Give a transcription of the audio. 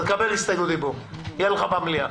אתה תקבל הסתייגות דיבור, יהיה לך במליאה.